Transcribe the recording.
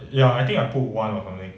ya I think I put one on my end